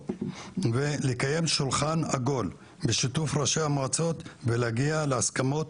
ולקיים שולחן עגול בשיתוף ראשי המועצות ולהגיע להסכמות